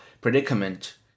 predicament